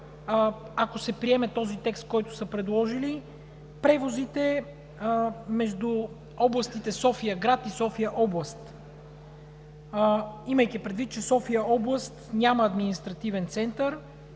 ако се приеме този текст, който са предложили, превозите между областите София-град и София област? Имайки предвид, че София-област няма административен център,